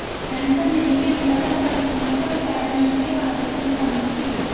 pension निधि के अंतर्गत रामकुमार को रिटायरमेंट के बाद भी तनख्वाह मिलती